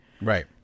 Right